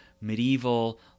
medieval